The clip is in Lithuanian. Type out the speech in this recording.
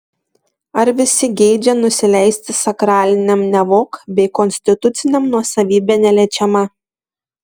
ar visi geidžia nusileisti sakraliniam nevok bei konstituciniam nuosavybė neliečiama